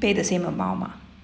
pay the same amount mah